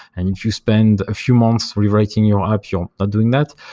and if you spend a few months rewriting your app, you're not doing that.